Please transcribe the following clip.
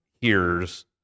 hears